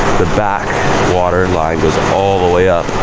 the back water line goes all the way up.